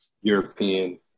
European